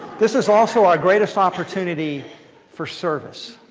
this is also our greatest opportunity for service.